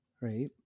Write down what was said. right